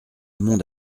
monde